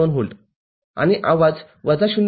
२ volt आणि आवाज वजा ०